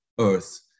Earth